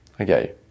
okay